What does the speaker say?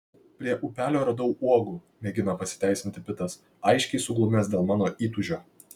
prie upelio radau uogų mėgina pasiteisinti pitas aiškiai suglumęs dėl mano įtūžio